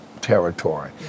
territory